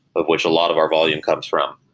of which a lot of our volume comes from,